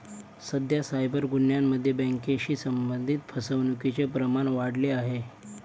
सध्या सायबर गुन्ह्यांमध्ये बँकेशी संबंधित फसवणुकीचे प्रमाण वाढले आहे